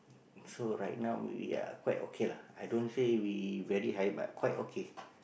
so right now we're quite okay lah i don't say we very high but quite okay